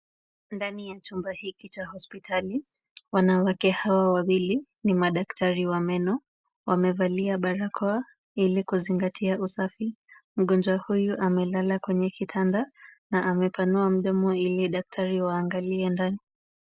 Ndani ya chumba hiki cha hospitali . Wanawake hao wawili ni madaktari wa meno, wamevalia barakoa ili kuzingatia usafi. Mgonjwa huyu amelala kwenye kitanda na amepanua mdomo ili daktari waangalie ndani.